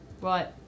Right